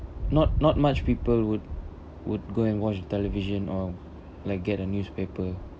not not much people would would go and watch television or like get a newspaper